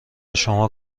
شما